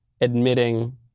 admitting